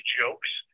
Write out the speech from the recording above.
jokes